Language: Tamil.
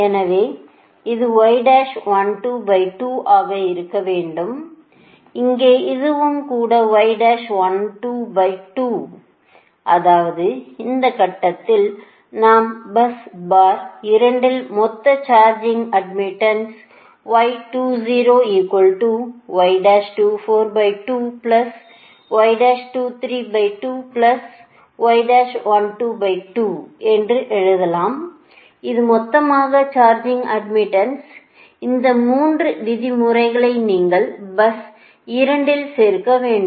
எனவே இது ஆக இருக்க வேண்டும் இங்கே இதுவும் கூட அதாவது இந்த கட்டத்தில் நாம் பஸ் பார் 2 இல் மொத்த சார்ஜிங் அட்மிட்டன்ஸ் என்று எழுதலாம் இது மொத்தமாக சார்ஜிங் அட்மிட்டன்ஸ் இந்த 3 விதிமுறைகளை நீங்கள் பஸ் 2 இல் சேர்க்க வேண்டும்